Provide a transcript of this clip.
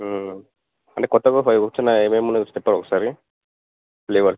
అంటే కొత్తగా ఫైవ్ వచ్చినాయి ఏమేమి వచ్చినాయి చెప్పవా ఒకసారి ఫ్లేవర్స్